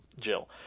Jill